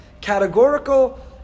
categorical